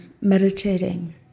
meditating